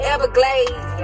Everglades